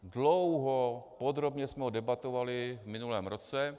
Dlouho, podrobně jsme ho debatovali v minulém roce.